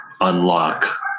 unlock